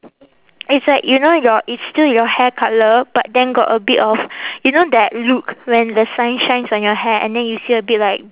it's like you know your it's still your hair colour but then got a bit of you know that look when the sun shines on your hair and then you see a bit like